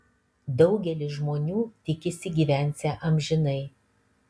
daugelis žmonių tikisi gyvensią amžinai